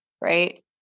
right